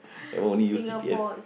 that one only use C_P_F